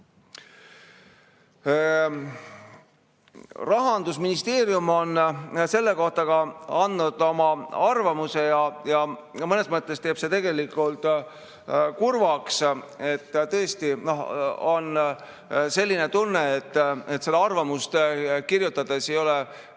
Rahandusministeerium on selle kohta andnud oma arvamuse ja mõnes mõttes teeb see kurvaks. Tõesti on selline tunne, et seda arvamust kirjutades ei ole